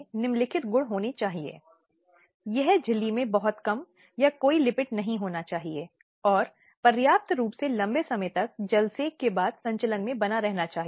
समाज में रहने वाले हम सभी एक या दूसरे रूपों में इसके बारे में जानते हैं